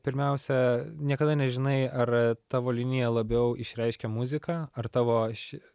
pirmiausia niekada nežinai ar tavo linija labiau išreiškia muziką ar tavo ši